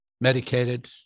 medicated